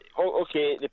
Okay